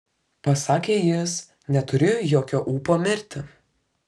pasakė jis neturiu jokio ūpo mirti